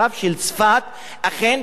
אכן דבריו היו דברי גזענות.